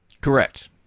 Correct